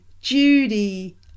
Judy